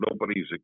Nobody's